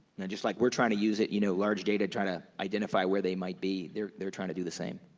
just like we're trying to us it, you know large data, try to identify where they might be, they're they're trying to do the same.